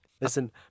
listen